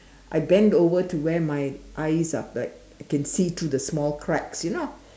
I bend over to where my eyes are like can see through the small cracks you know